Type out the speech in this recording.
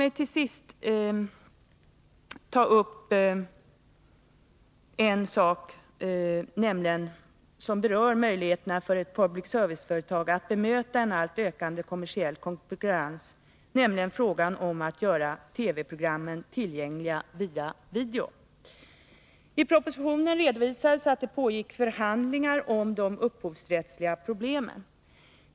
Men låt mig ta upp en sak som berör möjligheterna för ett public Nr 108 service-företag att bemöta en alltmer ökande kommersiell konkurrens, nämligen frågan om att göra TV-programmen tillgängliga via video. I propositionen redovisades att det pågick förhandlingar om de upphovsrättsliga problemen.